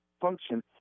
function